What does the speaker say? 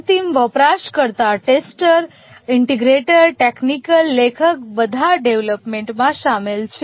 અંતિમ વપરાશકર્તા tester integrator technical લેખક બધા ડેવલપમેન્ટમાં શામેલ છે